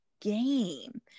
game